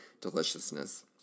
deliciousness